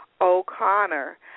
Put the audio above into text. O'Connor